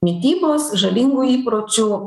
mitybos žalingų įpročių